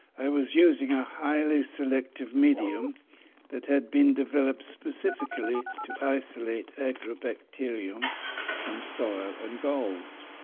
i was using a highly selective medium that had been developed specifically to isolate agrobacterium from soil and galls.